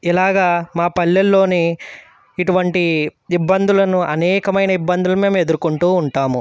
ఇలాగా మా పల్లెల్లోని ఇటువంటి ఇబ్బందులను అనేకమైన ఇబ్బందులు మేము ఎదుర్కొంటూ ఉంటాము